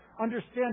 understand